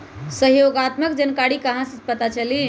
सहयोगात्मक जानकारी कहा से पता चली?